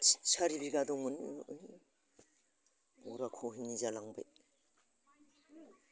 सारि बिगा दंमोन बोरैबा खहनि जालांबाय